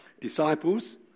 disciples